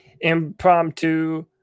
impromptu